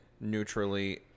neutrally